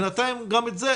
בינתיים גם את זה,